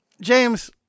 James